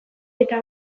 eta